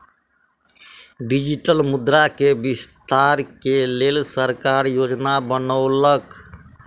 digital मुद्रा के विस्तार के लेल सरकार योजना बनौलक